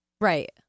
Right